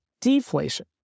deflation